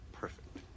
perfect